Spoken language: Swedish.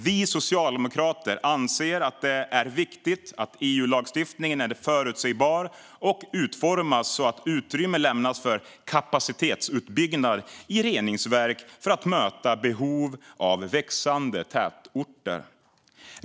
Vi socialdemokrater anser att det är viktigt att EU-lagstiftningen är förutsägbar och utformas så att utrymme lämnas för kapacitetsutbyggnad i reningsverk för att möta behov från växande tätorter.